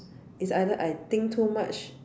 is either I think too much